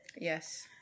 yes